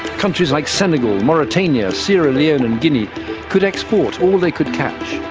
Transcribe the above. countries like senegal, mauritania, sierra leone and guinea could export all they could catch.